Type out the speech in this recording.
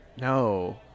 No